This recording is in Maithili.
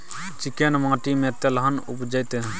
चिक्कैन माटी में तेलहन उपजतै?